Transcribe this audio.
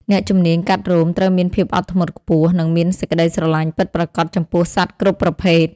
អ្នកជំនាញកាត់រោម ត្រូវមានភាពអត់ធ្មត់ខ្ពស់ និងមានសេចក្តីស្រឡាញ់ពិតប្រាកដចំពោះសត្វគ្រប់ប្រភេទ។